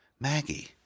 Maggie